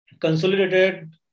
Consolidated